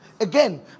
Again